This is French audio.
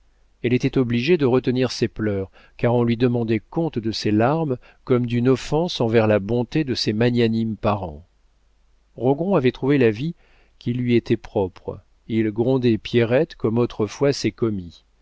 elle était obligée de retenir ses pleurs car on lui demandait compte de ses larmes comme d'une offense envers la bonté de ses magnanimes parents rogron avait trouvé la vie qui lui était propre il grondait pierrette comme autrefois ses commis